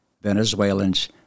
Venezuelans